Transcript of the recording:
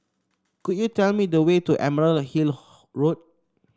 could you tell me the way to Emerald Hill Road